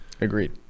Agreed